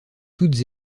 toutes